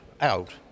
out